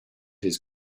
his